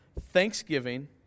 Thanksgiving